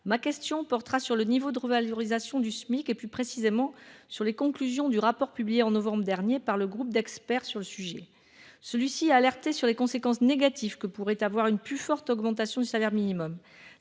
ma question portera sur le niveau de revalorisation et, plus précisément, sur les conclusions du rapport publié au mois de novembre dernier par le groupe d'experts sur le Smic, qui a alerté sur les conséquences négatives que pourrait avoir une plus forte augmentation du salaire minimum.